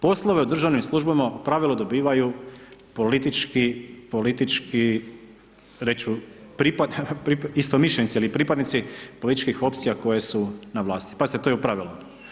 Poslove u državnim službama u pravilu dobivaju politički, politički reći ću istomišljenici ili pripadnici političkih opcija koje su na vlasti, pazite to je u pravilu.